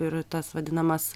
ir tas vadinamas